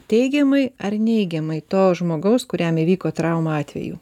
teigiamai ar neigiamai to žmogaus kuriam įvyko trauma atveju